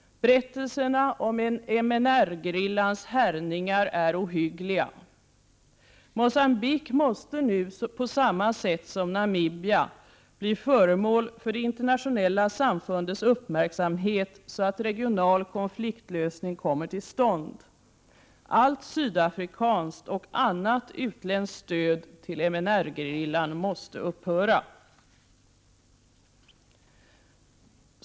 Berättelserna om MNR-gerillans härjningar är ohyggliga. Mogambique måste nu på samma sätt som Namibia bli föremål för det internationella samfundets uppmärksamhet så, att regional konfliktlösning kommer till stånd. Allt sydafrikanskt och annat utländskt stöd till MNR-gerillan måste upphöra.